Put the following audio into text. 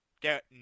get